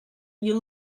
you